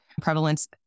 prevalence